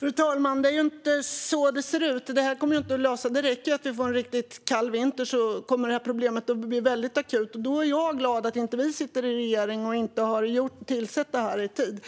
Fru talman! Det är inte så det ser ut. Det här kommer inte att lösa problemet. Det räcker med att vi får en riktigt kall vinter, så kommer problemet att bli väldigt akut. Då är jag glad att det inte är vi som sitter i regering och inte har tillsett detta i tid.